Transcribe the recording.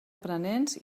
aprenents